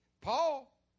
Paul